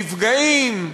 נפגעים,